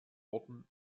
worten